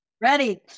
Ready